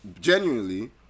genuinely